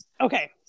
Okay